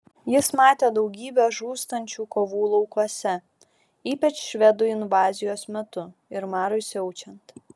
jis matė daugybę žūstančių kovų laukuose ypač švedų invazijos metu ir marui siaučiant